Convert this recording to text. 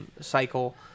cycle